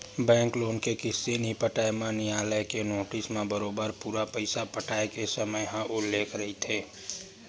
bank loan के किस्ती नइ पटाए म नियालय के नोटिस म बरोबर पूरा पइसा पटाय के समे ह उल्लेख रहिथे